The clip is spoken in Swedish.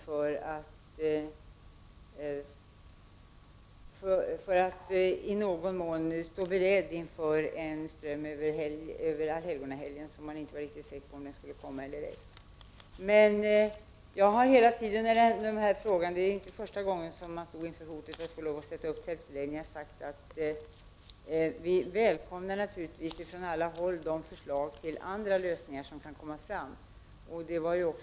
Det var ju för att i någon mån stå beredd inför en eventuell ström av flyktingar under Allhelgonahelgen; man var inte riktigt säker på om det skulle bli en ström av flyktingar eller inte. Det var dock inte första gången som man stod inför hotet att få lov att åstadkomma tältförläggningar. Jag har hela tiden sagt att vi naturligtvis välkomnar förslag till andra lösningar från alla håll.